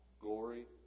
Glory